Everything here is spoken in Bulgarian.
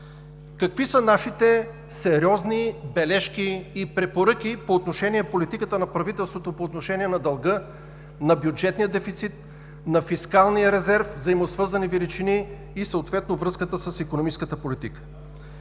Какви са нашите сериозни бележки и препоръки по отношение политиката на правителството по отношение на дълга, на бюджетния дефицит, на фискалния резерв – взаимосвързани величини, и съответно връзката с икономическата политика?